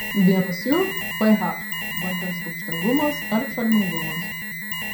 vienas jų ph vandens rūgštingumas ar šarmingumas